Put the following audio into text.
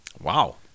Wow